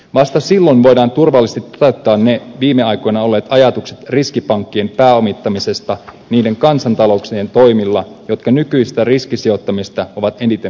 vasta silloin voidaan turvallisesti toteuttaa ne viime aikoina olleet ajatukset riskipankkien pääomittamisesta niiden kansantalouksien toimilla jotka nykyisestä riskisijoittamisesta ovat eniten myös hyötyneet